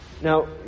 Now